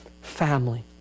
family